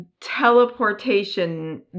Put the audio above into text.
teleportation